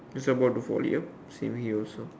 he's about to fall yup same here also